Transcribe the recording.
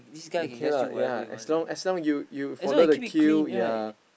okay lah ya as long as long you you follow the queue ya